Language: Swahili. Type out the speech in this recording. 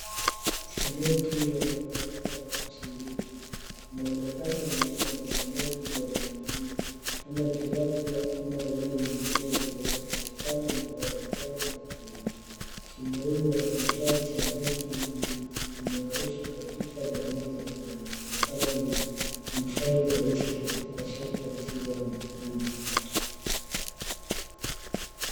Samaki wamekauka na kusindikwa, inaonekana ni aina za samaki wa baharini kama tilapia ama aina zingine zinazopatikana mkoani pwani ya Kenya. Mfumo huu wa kuhifadhi samaki ni maarufu katika jamii za pwani kutokana na kuhifadhi rahisi katika soko lisilo na friji.